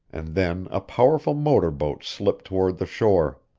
and then a powerful motor boat slipped toward the shore.